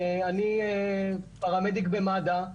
אני פרמדיק במד"א,